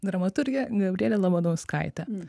dramaturgė gabrielė labanauskaitė